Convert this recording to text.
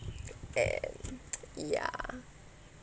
and ya